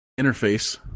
interface